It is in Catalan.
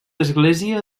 església